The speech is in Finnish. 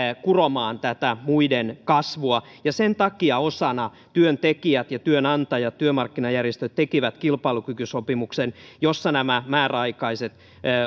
tätä muiden kasvua sen takia osana näitä toimia työntekijät työnantajat työmarkkinajärjestöt tekivät kilpailukykysopimuksen jossa määräaikaiset